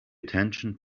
attention